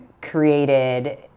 created